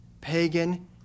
pagan